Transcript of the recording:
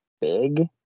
big